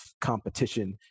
competition